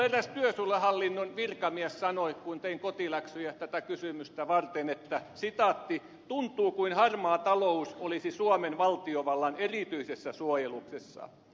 minulle eräs työsuojeluhallinnon virkamies sanoi kun tein kotiläksyjä tätä kysymystä varten että tuntuu kuin harmaa talous olisi suomen valtiovallan erityisessä suojeluksessa